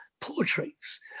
portraits